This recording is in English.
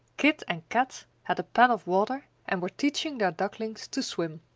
kit and kat had pan of water and were teaching their ducklings to swim.